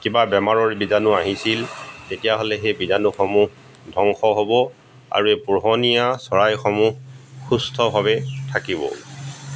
কিবা বেমাৰৰ বীজাণু আহিছিল তেতিয়া হ'লে সেই বীজাণুসমূহ ধ্বংস হ'ব আৰু এই পোহনীয়া চৰাইসমূহ সুস্থভাৱে থাকিব